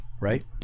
right